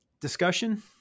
discussion